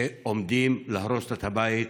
שעומדים להרוס לה את הבית.